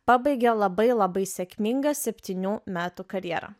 pabaigė labai labai sėkmingą septynių metų karjerą